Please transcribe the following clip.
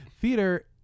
theater